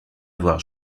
avoir